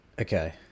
Okay